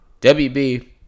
WB